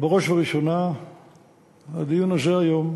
אבל בראש ובראשונה הדיון הזה היום